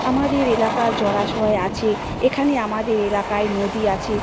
আমাদের এলাকার জলাশয় আছে এখানে আমাদের এলাকায় নদী আছে